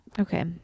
Okay